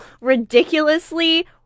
ridiculously